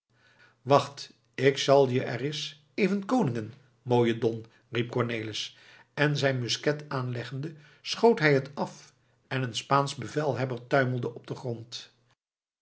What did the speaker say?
wacht ik zal je reis even koningen mooie don riep cornelis en zijn musket aanleggende schoot hij het af en een spaansch bevelhebber tuimelde op den grond